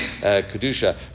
Kedusha